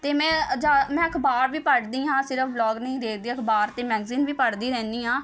ਅਤੇ ਮੈਂ ਅ ਜਾ ਮੈਂ ਅਖ਼ਬਾਰ ਵੀ ਪੜ੍ਹਦੀ ਹਾਂ ਸਿਰਫ ਵਲੋਗ ਨਹੀਂ ਦੇਖਦੀ ਅਖ਼ਬਾਰ ਅਤੇ ਮੈਗਜ਼ੀਨ ਵੀ ਪੜ੍ਹਦੀ ਰਹਿੰਦੀ ਹਾਂ